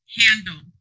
handle